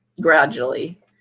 gradually